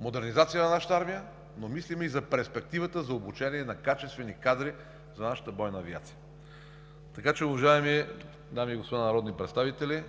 модернизация на нашата армия, но мислим и за перспективата за обучение на качествени кадри за нашата бойна авиация. Уважаеми дами и господа народни представители,